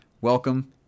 Welcome